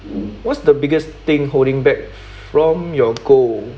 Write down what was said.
what's the biggest thing holding back from your goal